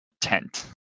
tent